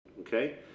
Okay